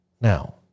Now